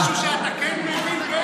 יש משהו שאתה כן מבין, בנט?